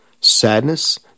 Sadness